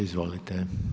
Izvolite.